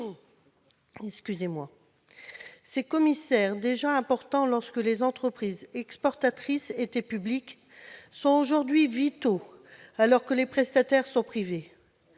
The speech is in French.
Ces commissaires, déjà importants lorsque les entreprises exportatrices étaient publiques, sont aujourd'hui vitaux alors que les prestataires sont privés.